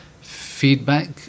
feedback